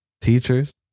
Teachers